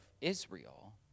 Israel